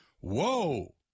whoa